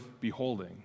beholding